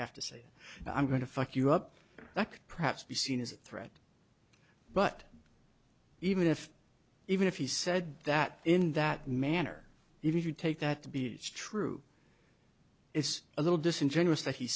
have to say i'm going to fuck you up like perhaps be seen as a threat but even if even if he said that in that manner if you take that to be true it's a little disingenuous that he